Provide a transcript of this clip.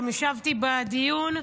גם ישבתי בדיון.